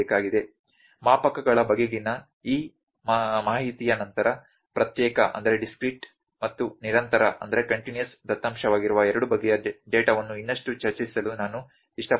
ಮಾಪಕಗಳ ಬಗೆಗಿನ ಈ ಮಾಹಿತಿಯ ನಂತರ ಪ್ರತ್ಯೇಕ ಮತ್ತು ನಿರಂತರ ದತ್ತಾಂಶವಾಗಿರುವ ಎರಡು ಬಗೆಯ ಡೇಟಾವನ್ನು ಇನ್ನಷ್ಟು ಚರ್ಚಿಸಲು ನಾನು ಇಷ್ಟಪಡುತ್ತೇನೆ